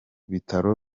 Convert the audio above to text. bitaro